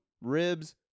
ribs